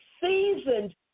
seasoned